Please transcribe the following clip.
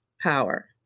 power